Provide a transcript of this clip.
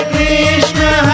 Krishna